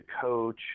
coach